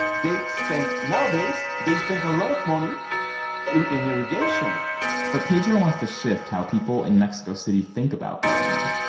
they spent, nowadays, they spend a lot of money in in irrigation but pedro wants to shift how people in mexico city think about gardening.